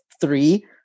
three